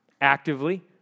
actively